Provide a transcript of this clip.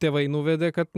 tėvai nuvedė kad